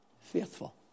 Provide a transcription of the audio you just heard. Faithful